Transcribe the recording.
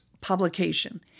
Publication